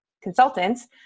consultants